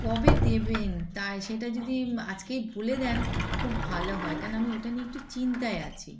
কবে দেবেন তাই সেটা যদি আজকেই বলে দেন খুব ভালো হয় কেন আমি ওটা নিয়ে একটু চিন্তায় আছি